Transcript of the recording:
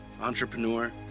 entrepreneur